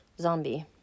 zombie